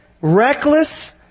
reckless